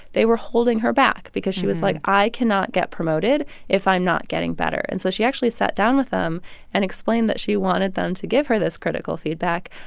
they were holding her back because she was like, i cannot get promoted if i'm not getting better. and so she actually sat down with them and explained that she wanted them to give her this critical feedback,